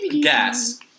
gas